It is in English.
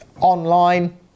online